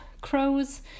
crows